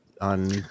on